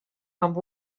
amb